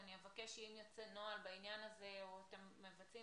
אני אבקש שאם יצא נוהל בעניין הזה או אתם מבצעים